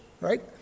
right